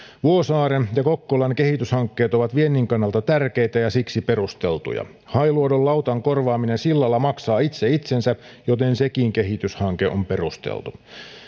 vuosaaren ja kokkolan kehityshankkeet ovat viennin kannalta tärkeitä ja siksi perusteltuja hailuodon lautan korvaaminen sillalla maksaa itse itsensä joten sekin kehityshanke on perusteltu